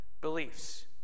beliefs